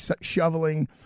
shoveling